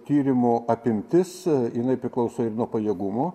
tyrimų apimtis jinai priklauso ir nuo pajėgumo